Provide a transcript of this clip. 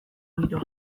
giroa